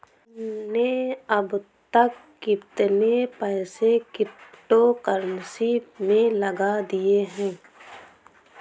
तुमने अब तक कितने पैसे क्रिप्टो कर्नसी में लगा दिए हैं?